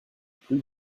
plus